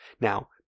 Now